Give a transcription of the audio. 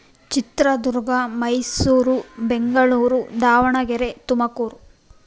Chitradurga Mysuru Bengaluru Davanagere Tumakuru